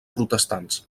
protestants